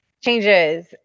changes